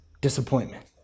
disappointment